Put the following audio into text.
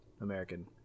american